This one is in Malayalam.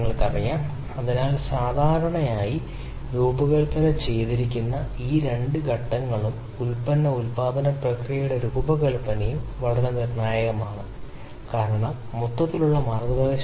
അതിനാൽ നമ്മൾ ആയിരിക്കുമ്പോൾ ഒരു ഷാഫ്റ്റിന്റെ ഡൈമൻഷണൽ എത്ര എന്നിങ്ങനെയുള്ള ക്വാണ്ടിറ്റേറ്റീവ് പാരാമീറ്ററുകളെക്കുറിച്ച് സംസാരിക്കുന്നു ടാർഗെറ്റിൽ നിന്ന് അകലെ ശരാശരി ഗുണനിലവാര നഷ്ടം ഒരുപക്ഷേ അർത്ഥമാക്കുന്നു